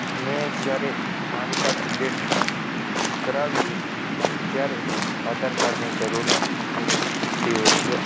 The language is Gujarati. મેં જ્યારે પાન કાર્ડ અપડેટ કરાવીએ ત્યારે આધાર કાર્ડની જરૂર પડતી હોય છે